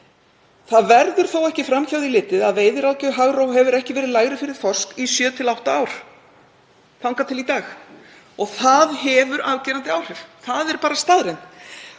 Það verður þó ekki fram hjá því litið að veiðiráðgjöf Hafró hefur ekki verið lægri fyrir þorsk í sjö til átta ár, þar til í dag, og það hefur afgerandi áhrif, það er bara staðreynd.